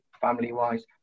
family-wise